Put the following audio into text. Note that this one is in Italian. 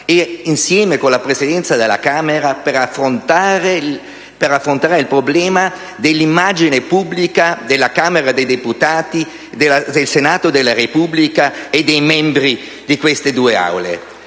insieme con la Presidenza della Camera, per affrontare il problema dell'immagine pubblica della Camera dei deputati, del Senato della Repubblica e dei membri di queste due